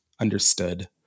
understood